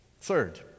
Third